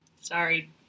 Sorry